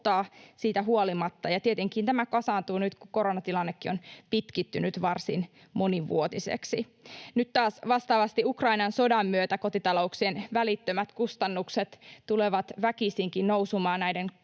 siitä huolimatta, ja tietenkin tämä kasaantuu nyt, kun koronatilannekin on pitkittynyt varsin monivuotiseksi. Nyt taas vastaavasti Ukrainan sodan myötä kotitalouksien välittömät kustannukset tulevat väkisinkin nousemaan; näiden